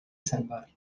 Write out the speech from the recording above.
salvar